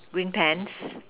green pants